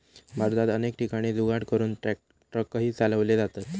भारतात अनेक ठिकाणी जुगाड करून ट्रकही चालवले जातात